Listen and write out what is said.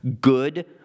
good